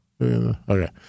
okay